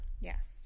yes